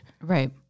Right